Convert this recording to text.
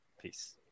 peace